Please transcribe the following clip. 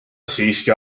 siiski